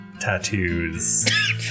tattoos